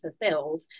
fulfilled